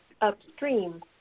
upstream